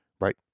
right